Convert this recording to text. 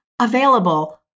available